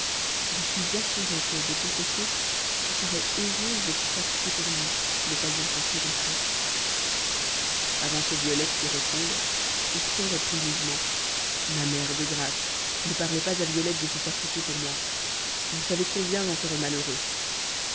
je suis assurée que de ton côté tu serais heureuse de te sacrifier pour lui si l'occasion s'en présentait avant que violette pût répondre ourson reprit vivement ma mère de grâce ne parlez pas à violette de se sacrifier pour moi vous savez combien j'en serais malheureux